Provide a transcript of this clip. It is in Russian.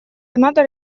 канада